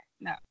no